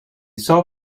saw